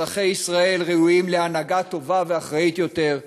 אזרחי ישראל ראויים להנהגה טובה ואחראית יותר,